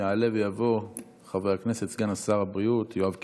יעלה ויבוא חבר הכנסת סגן שר הבריאות יואב קיש.